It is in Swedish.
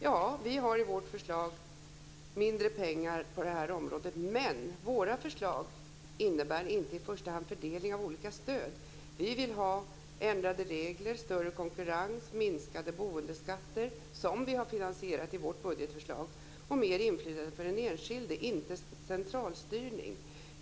Ja, vi föreslår mindre pengar på det här området, men våra förslag innebär inte i första hand en fördelning av olika stöd. Vi vill ha ändrade regler, större konkurrens, sänkta boendeskatter - som vi har finansierat i vårt budgetförslag - och större inflytande för den enskilde. Vi vill inte ha någon centralstyrning.